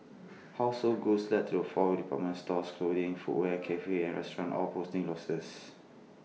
household goods led the falls with department stores clothing footwear cafes and restaurants all posting losses